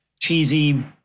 cheesy